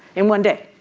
in one day.